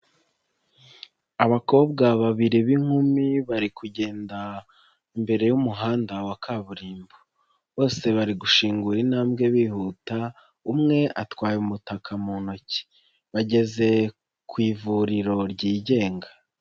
Abakobwa babiri b'inkumi bari kugenda imbere y'umuhanda wa kaburimbo, bose bari gushingura intambwe bihuta umwe atwaye umutaka mu ntoki, bageze ku ivuriro ryigenga.